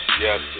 yes